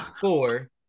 four